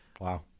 Wow